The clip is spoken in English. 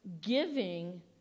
giving